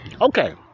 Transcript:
okay